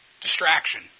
Distraction